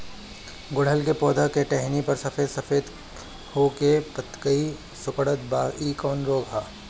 गुड़हल के पधौ के टहनियाँ पर सफेद सफेद हो के पतईया सुकुड़त बा इ कवन रोग ह?